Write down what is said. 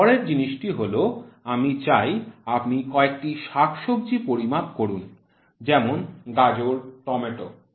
পরের জিনিসটি হল আমি চাই আপনি কয়েকটি শাকসবজি পরিমাপ করুন যেমন গাজর টমেটো